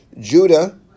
Judah